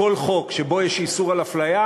בכל חוק שבו יש איסור על הפליה,